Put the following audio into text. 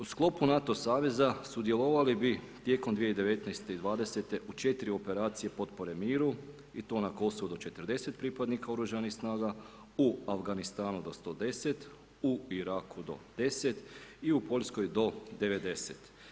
U sklopu NATO saveza sudjelovali bi tijekom 2019.- 2020. u 4 operacije potpore miru i to na Kosovu do 40 pripadnika OS-a, u Afganistanu do 110, u Iraku do 10 i u Poljskoj do 90.